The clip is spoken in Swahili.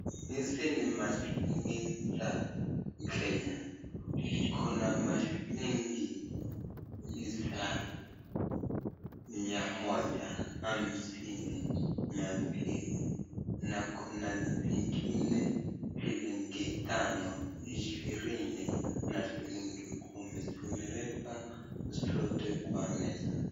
Hizi ni mashilingi za Kenya, iko na mashilingi za mia moja hamsini na ,mbili na kuna zingine shilingi tano ishirini na na shilingi kumi zimeekwa zote kwa meza.